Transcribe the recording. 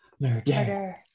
murder